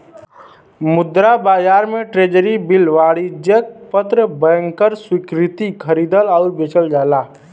मुद्रा बाजार में ट्रेज़री बिल वाणिज्यिक पत्र बैंकर स्वीकृति खरीदल आउर बेचल जाला